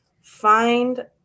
find